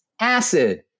acid